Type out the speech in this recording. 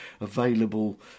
available